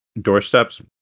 doorsteps